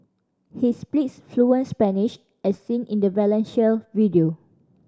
he speaks fluent Spanish as seen in a Valencia video